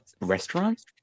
restaurant